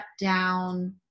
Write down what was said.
down